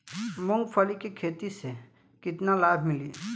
मूँगफली के खेती से केतना लाभ मिली?